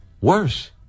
worse